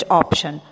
option